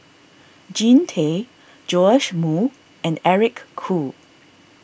Jean Tay Joash Moo and Eric Khoo